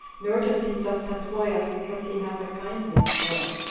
nor does he thus employ us because he hath a kindness for us,